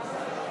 חברי כנסת,